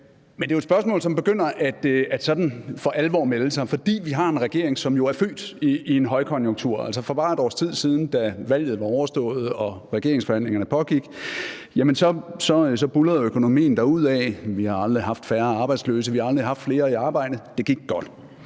Men det er et spørgsmål, som begynder sådan for alvor at melde sig, fordi vi har en regering, som jo er født i en højkonjunktur. Altså, for bare et års tid siden, da valget var overstået og regeringsforhandlingerne pågik, buldrede økonomien derudad. Vi har aldrig haft færre arbejdsløse, vi har aldrig haft flere i arbejde – det gik godt.